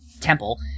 Temple